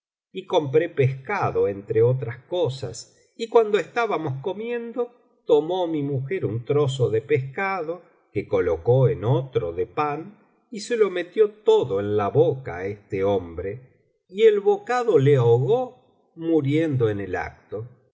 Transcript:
y compré pescado entre otras cosas y cuando estábamos comiendo tomó mi mujer un trozo de pescado que colocó en otro de pan y se lo metió todo en la boca á este hombre y el bocado le ahogó muriendo en el acto